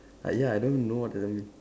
ah ya I don't know what does that mean